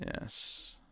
Yes